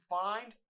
find